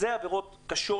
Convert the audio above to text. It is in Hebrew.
אלה עבירות קשות,